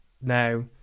now